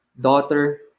daughter